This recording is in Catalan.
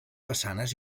façanes